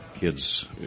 kids